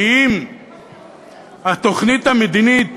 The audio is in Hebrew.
כי אם התוכנית המדינית